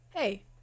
Hey